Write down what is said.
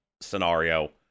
scenario